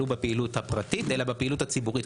בפעילות הפרטית אלא בפעילות הציבורית.